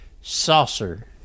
saucer